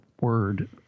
word